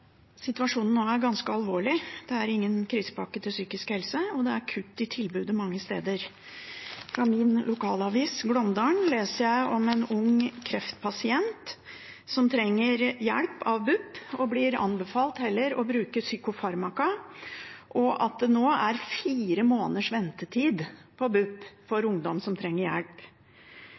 Situasjonen nå er ganske alvorlig. Det er ingen krisepakke til psykisk helse, og det er kutt i tilbudet mange steder. I min lokalavis, Glåmdalen, leser jeg om en ung kreftpasient som trenger hjelp av BUP, Barne- og ungdomspsykiatrisk poliklinikk, og som blir anbefalt heller å bruke psykofarmaka. Og nå er det fire måneders ventetid i BUP for ungdom som trenger hjelp.